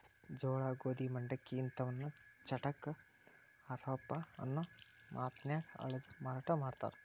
ಜೋಳ, ಗೋಧಿ, ಮಂಡಕ್ಕಿ ಇಂತವನ್ನ ಚಟಾಕ, ಆರಪೌ ಅನ್ನೋ ಮಾಪನ್ಯಾಗ ಅಳದು ಮಾರಾಟ ಮಾಡ್ತಾರ